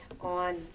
on